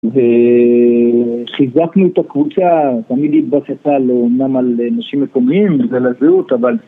וחיזקנו את הקבוצה, תמיד התבססה על, אומנם על אנשים מקומיים ועל הזהות אבל